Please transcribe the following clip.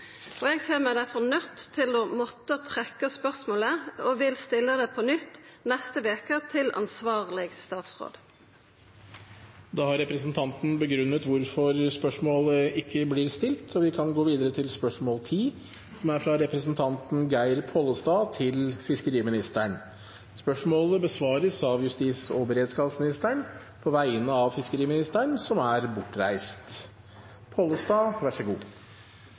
og vil stilla det på nytt til ansvarleg statsråd neste veke. Da har representanten Kjersti Toppe begrunnet hvorfor spørsmålet ikke blir stilt, og vi går videre til neste spørsmål. Dette spørsmålet, fra representanten Geir Pollestad til fiskeriministeren, vil bli besvart av justis- og beredskapsministeren på vegne av fiskeriministeren, som er bortreist.